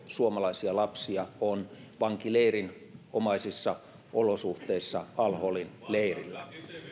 suomalaisia lapsia on vankileirinomaisissa olosuhteissa al holin leirillä